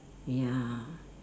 ya